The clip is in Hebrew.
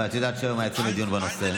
ואת יודעת שהיום היה אצלנו דיון בנושא.